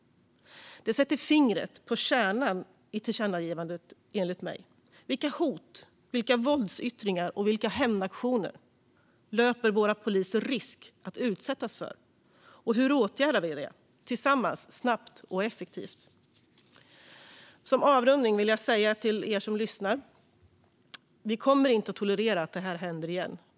Detta sätter enligt mig fingret på kärnan i tillkännagivandet. Vilka hot, våldsyttringar och hämndaktioner löper våra poliser risk att utsättas för? Hur åtgärdar vi det tillsammans, snabbt och effektivt? Som avrundning vill jag säga till er som lyssnar att vi inte kommer att tolerera att det här händer igen.